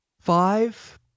Five